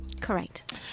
Correct